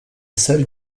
seule